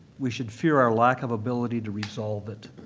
we should fear our lack of ability to resolve it.